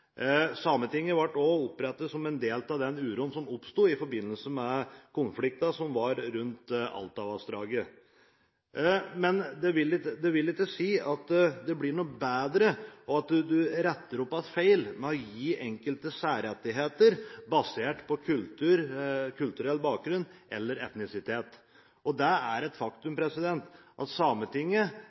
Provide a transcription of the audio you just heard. Sametinget ble også opprettet som følge av den uroen som oppsto i forbindelse med konfliktene rundt Alta-vassdraget. Men det blir ikke noe bedre at man retter opp feil ved å gi enkelte særrettigheter basert på kulturell bakgrunn eller etnisitet. Det er et faktum at Sametinget